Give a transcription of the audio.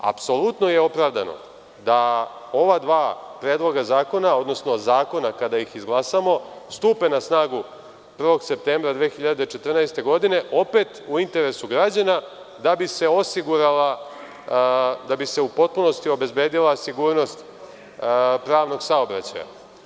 Apsolutno je opravdano da ova dva predloga zakona, odnosno zakona kada ih izglasamo, stupe na snagu 1. septembra 2014. godine, opet u interesu građana da bi se u potpunosti obezbedila sigurnost pravnog saobraćaja.